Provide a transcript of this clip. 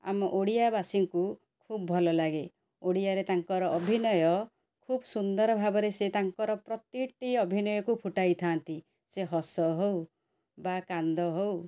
ଆମ ଓଡ଼ିଆବାସୀଙ୍କୁ ଖୁବ ଭଲ ଲାଗେ ଓଡ଼ିଆରେ ତାଙ୍କର ଅଭିନୟ ଖୁବ ସୁନ୍ଦର ଭାବରେ ସେ ତାଙ୍କର ପ୍ରତିଟି ଅଭିନୟକୁ ଫୁଟାଇଥାନ୍ତି ସେ ହସ ହଉ ବା କାନ୍ଦ ହଉ